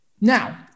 Now